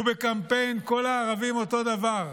הוא בקמפיין "כל הערבים אותו דבר".